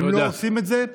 הם לא עושים את זה.